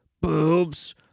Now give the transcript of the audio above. Boobs